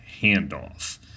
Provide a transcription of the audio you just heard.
handoff